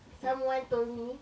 someone told me